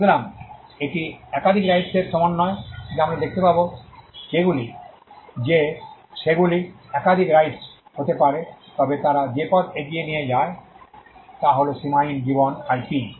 সুতরাং এটি একাধিক রাইটস এর সমন্বয় যা আমরা দেখতে পাবো যে সেগুলি একাধিক রাইটস হতে পারে তবে তারা যে পথে এগিয়ে নিয়ে যায় তা হল সীমাহীন জীবন আইপি